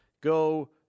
go